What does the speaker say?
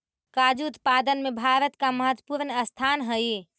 काजू उत्पादन में भारत का महत्वपूर्ण स्थान हई